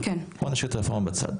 בוא נשאיר את הרפורמה בצד,